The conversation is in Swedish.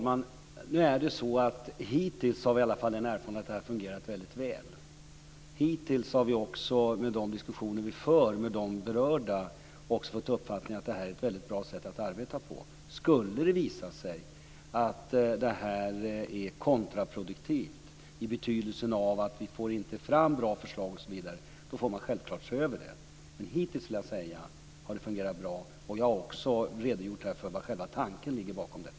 Fru talman! Hittills har vi i alla fall den erfarenheten att det här har fungerat väldigt väl. Hittills har vi också vid de diskussioner vi för med de berörda fått uppfattningen att det här är ett väldigt bra sätt att arbeta på. Skulle det visa sig att det här är kontraproduktivt i betydelsen att vi inte får fram bra förslag, får man självklart se över detta. Men hittills vill jag säga att det har fungerat bra. Jag har också här redogjort för vilken tanke som ligger bakom detta.